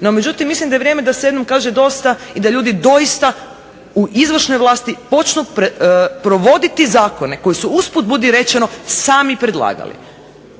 No međutim mislim da je vrijeme da se jednom kaže dosta i da ljudi doista u izvršnoj vlasti počnu provoditi zakone koji su usput budi rečeno sami predlagali